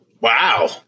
Wow